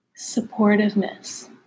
supportiveness